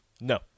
No